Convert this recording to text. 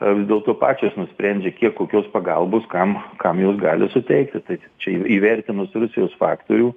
vis dėlto pačios nusprendžia kiek kokios pagalbos kam kam jos gali suteikti tai čia įvertinus rusijos faktorių